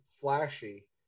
flashy